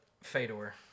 Fedor